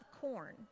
corn